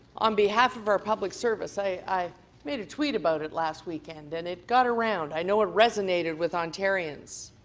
on behalf of our public service i i made a tweet about it last weekend and it got around. i know it resonated with ontarians.